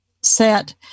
set